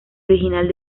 original